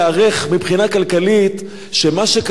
שמה שקרה ל"קיקה" זה דומינו,